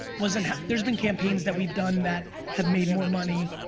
wasn't. there's been campaigns that we've done that have made more money,